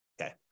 Okay